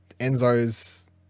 Enzo's